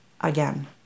Again